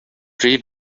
pre